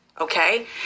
Okay